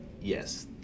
Yes